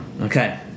Okay